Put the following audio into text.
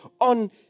on